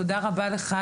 תודה רבה לך,